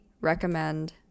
recommend